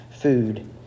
food